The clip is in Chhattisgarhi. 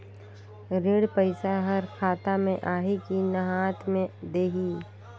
ऋण पइसा हर खाता मे आही की हाथ मे देही?